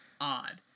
odd